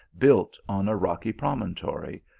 built on a rocky promon tory,